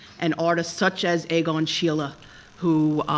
and artists such as egon schiele, ah who,